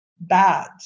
bad